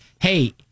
hey